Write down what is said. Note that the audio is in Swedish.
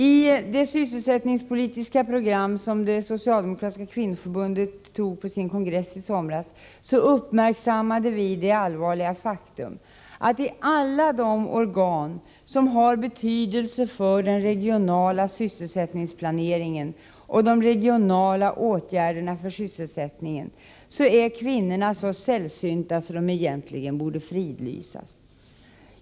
I det sysselsättningspolitiska program som det socialdemokratiska kvinnoförbundet antog på sin kongress i somras uppmärksammades det allvarliga faktum att i alla de organ som har betydelse för den regionala sysselsättningsplaneringen och de regionala åtgärderna för sysselsättningen är kvinnorna så sällsynta att de egentligen borde fridlysas.